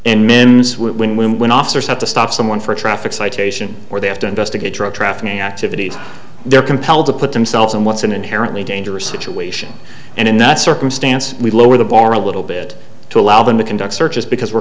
menswear when when when officers have to stop someone for a traffic citation or they have to investigate drug trafficking activities they're compelled to put themselves in what's an inherently dangerous situation and in that circumstance we lower the bar a little bit to allow them to conduct searches because we're